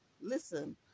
Listen